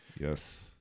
yes